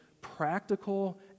practical